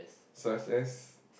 so I says